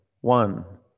one